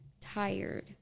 tired